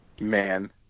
Man